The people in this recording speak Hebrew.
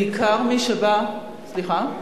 בעיקר מי שבא, סליחה?